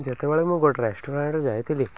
ଯେତେବେଳେ ମୁଁ ଗୋଟେ ରେଷ୍ଟୁରାଣ୍ଟ ଯାଇଥିଲି